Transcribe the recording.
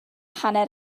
hanner